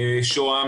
בשוהם,